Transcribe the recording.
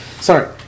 Sorry